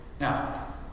Now